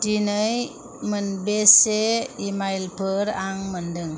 दिनै मोन बेसे इमाइलफोर आं मोन्दों